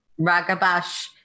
Ragabash